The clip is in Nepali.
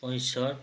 पैँसट